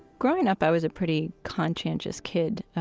growing up, i was a pretty conscientious kid,